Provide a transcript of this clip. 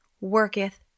worketh